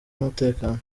n’umutekano